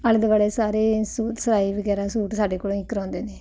ਆਲੇ ਦੁਆਲੇ ਸਾਰੇ ਸੂਟ ਸਿਲਾਈ ਵਗੈਰਾ ਸੂਟ ਸਾਡੇ ਕੋਲੋਂ ਹੀ ਕਰਾਉਂਦੇ ਨੇ